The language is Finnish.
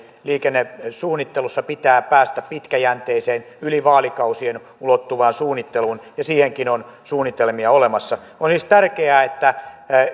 liikennesuunnittelussa pitää päästä pitkäjänteiseen yli vaalikausien ulottuvaan suunnitteluun ja siihenkin on suunnitelmia olemassa olisi tärkeää että